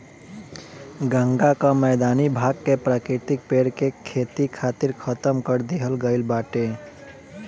गंगा कअ मैदानी भाग के प्राकृतिक पेड़ के खेती खातिर खतम कर दिहल गईल बाटे